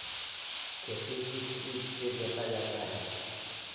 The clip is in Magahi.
खेती किस चीज से जोता जाता है?